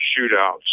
shootouts